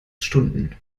stunden